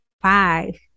five